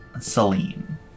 Celine